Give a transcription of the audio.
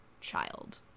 child